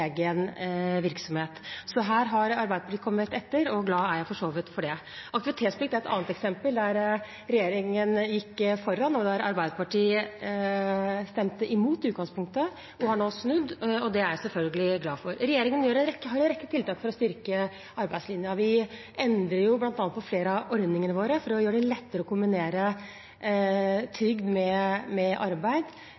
egen virksomhet. Her har Arbeiderpartiet kommet etter, og jeg er for så vidt glad for det. Aktivitetsplikt er et annet eksempel på at regjeringen gikk foran, og at Arbeiderpartiet i utgangspunktet stemte imot, men nå har snudd. Det er jeg selvfølgelig glad for. Regjeringen har en rekke tiltak for å styrke arbeidslinja. Blant annet endrer vi flere av ordningene våre for å gjøre det lettere å kombinere